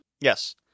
Yes